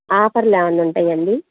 ఆఫర్లు ఏమన్న ఉంటాయా అండి